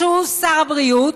שהוא שר הבריאות,